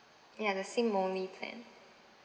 ya the SIM only plan